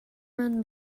run